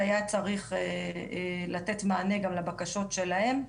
שהיה צריך לתת מענה גם לבקשות שלהם.